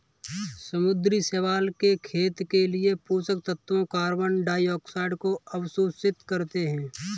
समुद्री शैवाल के खेत के लिए पोषक तत्वों कार्बन डाइऑक्साइड को अवशोषित करते है